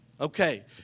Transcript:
Okay